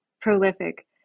prolific